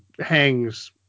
hangs